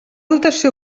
dotació